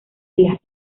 las